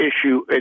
issue